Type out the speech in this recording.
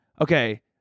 Okay